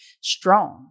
strong